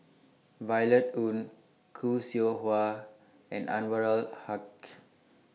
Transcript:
Violet Oon Khoo Seow Hwa and Anwarul Haque